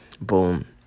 Boom